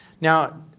Now